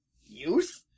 youth